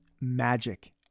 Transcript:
magic